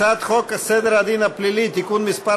הצעת חוק סדר הדין הפלילי (תיקון מס'